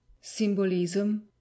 symbolism